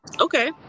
Okay